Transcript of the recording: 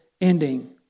ending